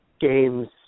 games